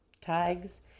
tags